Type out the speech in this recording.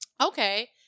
okay